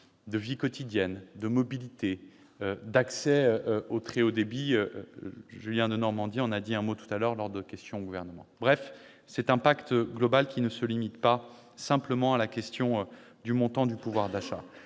la vie quotidienne, de la mobilité, de l'accès au très haut débit. Je reviens de Normandie, et j'en ai dit un mot tout à l'heure lors des questions d'actualité au Gouvernement. Bref, c'est un pacte global qui ne se limite pas simplement à la question du montant du pouvoir d'achat.